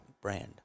brand